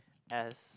as